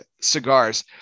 cigars